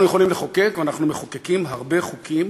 אנחנו יכולים לחוקק, ואנחנו מחוקקים הרבה חוקים,